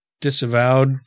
disavowed